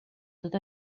tot